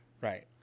Right